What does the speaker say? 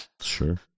Sure